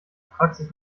praxis